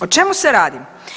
O čemu se radi.